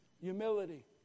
humility